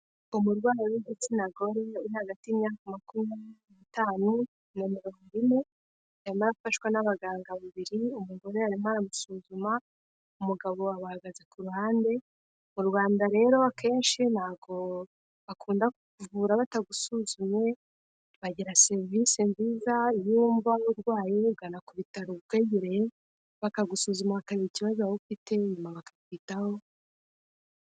Umurwayi w'igitsina gore uri hagati y' imyaka makumyabiri n'itanu na mirongo ine arimo arafashwa n'abaganga babiri umugore arimo aramusuzuma umugabo abahagaze kuruhande. Mu Rwanda rero akenshi ntabwo bakunda kuvura batagusuzumye bagira serivisi nziza iyo wumva urwaye ugana ku bitaro bikwegereye bakagusuzuma bakareba ikibazo waba ufite nyuma bakakwitaho.